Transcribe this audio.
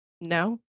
No